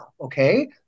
okay